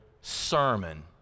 sermon